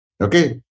okay